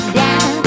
down